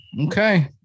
Okay